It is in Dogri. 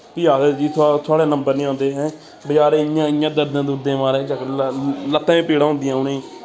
भी आखदे जी थोआ थुआड़े नम्बर निं औंदे हैं बचैरे इ'यां इ'यां दर्दें दुर्दें मारे चक्कर ल लत्तें पीड़ां होंदियां उ'नें गी